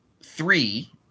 three